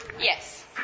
Yes